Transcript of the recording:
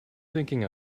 thinking